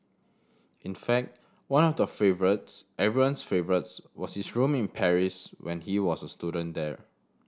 in fact one of the favourites everyone's favourites was his room in Paris when he was a student there